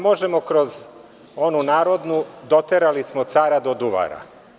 Možemo kroz onu narodnu – doterali smo cara do duvara.